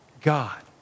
God